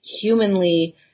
humanly